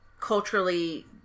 culturally